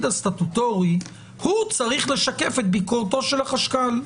הסטטוטורי הוא צריך לשקף את ביקורתו של החשכ"ל.